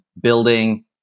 building